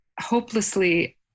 hopelessly